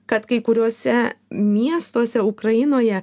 kad kai kuriuose miestuose ukrainoje